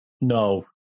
no